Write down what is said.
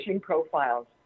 profiles